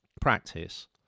practice